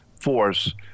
force